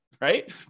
right